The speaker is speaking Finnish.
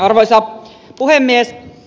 arvoisa puhemies